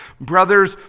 Brothers